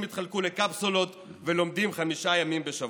התחלקו לקפסולות ולומדים חמישה ימים בשבוע,